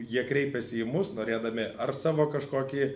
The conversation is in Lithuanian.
jie kreipiasi į mus norėdami ar savo kažkokį